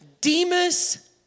Demas